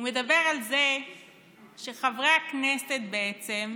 הוא מדבר על זה שחברי הכנסת בעצם,